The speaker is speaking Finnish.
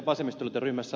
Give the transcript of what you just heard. arvoisa puhemies